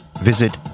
visit